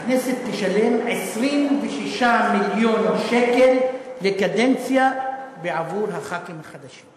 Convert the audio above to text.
הכנסת תשלם 26 מיליון שקל לקדנציה בעבור הח"כים החדשים.